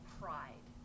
pride